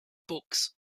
books